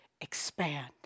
expand